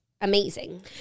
amazing